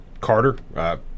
Carter